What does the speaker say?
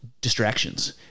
distractions